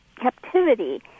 captivity